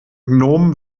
gnom